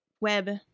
web